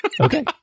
Okay